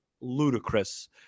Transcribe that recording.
ludicrous